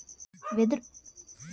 వెదురు పూలను సూడు ఎట్టా ఏలాడుతుండాయో